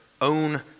own